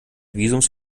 visums